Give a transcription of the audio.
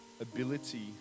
ability